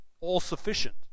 all-sufficient